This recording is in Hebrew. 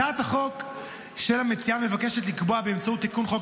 הצעת החוק של המציעה מבקשת לקבוע באמצעות תיקון חוק